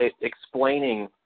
explaining